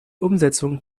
umsetzung